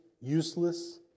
useless